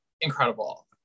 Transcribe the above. incredible